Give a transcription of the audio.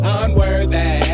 unworthy